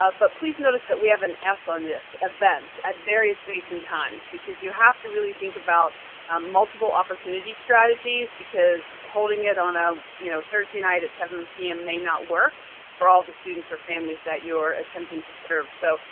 but please notice that we have an s on this, events at various dates and times, because you have to really think about multiple opportunity strategies because holding it on a you know thursday night at seven zero p m. may not work for all of the students or families that you are attempting to serve. so,